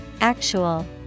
Actual